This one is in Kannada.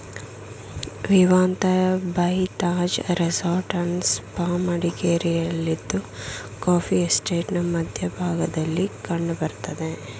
Vivanta by Taj resort and spa ಮಡಿಕೇರಿಯಲ್ಲಿದ್ದು ಕಾಫೀ ಎಸ್ಟೇಟ್ನ ಮಧ್ಯ ಭಾಗದಲ್ಲಿ ಕಂಡ್ ಬರ್ತದೆ